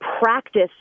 practice